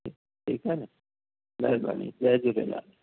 ठीकु आहे न महिरबानी जय झुलेलाल